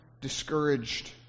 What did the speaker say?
discouraged